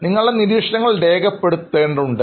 നിങ്ങളുടെ നിരീക്ഷണങ്ങൾ രേഖപ്പെടുത്തേണ്ടതുണ്ട്